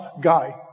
guy